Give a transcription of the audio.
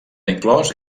inclòs